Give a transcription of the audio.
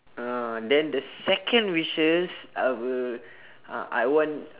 ah then the second wishes I will ah I want